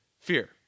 fear